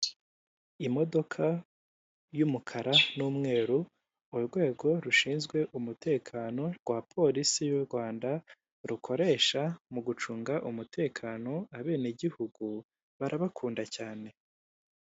Imodoka y'umukara n'umweru urwego rushinzwe umutekano rwa polisi y' u Rwanda rukoresha mu gucunga umutekano, abenegihugu barabakunda cyane.